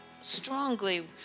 strongly